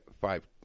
five